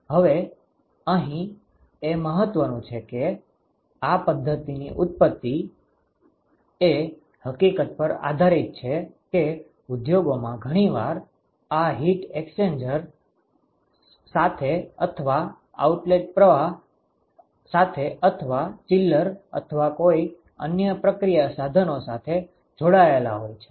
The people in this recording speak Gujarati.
હવે અહીં એ મહત્વનું છે કે આ પદ્ધતિની ઉત્પત્તિ એ હકીકત પર આધારિત છે કે ઉદ્યોગોમાં ઘણીવાર આ હીટ એક્સ્ચેન્જર રિએક્ટર સાથે અથવા આઉટલેટ પ્રવાહ સાથે અથવા ચિલ્લર અથવા કોઈ અન્ય પ્રક્રિયા સાધનો સાથે જોડાયેલા હોય છે